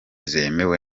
zemewe